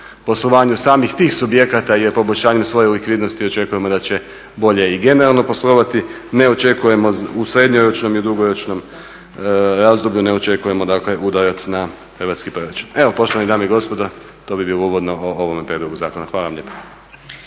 poslovanju samih tih subjekata je poboljšanje svoje likvidnosti očekujemo da će bolje i generalno poslovati. Ne očekujemo u srednjoročnom i u dugoročnom razdoblju ne očekujemo, dakle udarac na hrvatski proračun. Evo poštovane dame i gospodo to bi bilo uvodno o ovome prijedlogu zakona. Hvala vam lijepa.